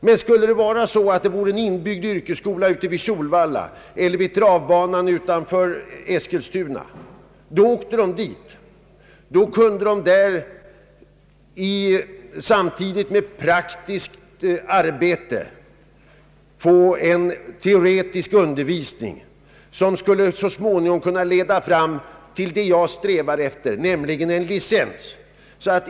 Men skulle det finnas en inbyggd yrkesskola ute vid Solvalla eller vid travbanan utanför Eskilstuna, åkte de dit. Då kunde de där samtidigt med praktiskt arbete få en teoretisk undervisning som så småningsom skulle kunna leda fram till vad jag strävar efter, nämligen en licens.